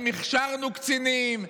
אם הכשרנו קצינים,